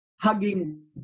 hugging